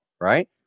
right